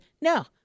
no